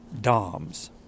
DOMS